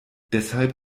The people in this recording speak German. deshalb